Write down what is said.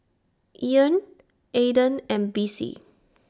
Eryn Ayden and Bessie